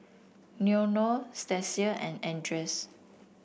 Leonore Stasia and Andres